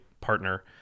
partner